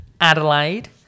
Adelaide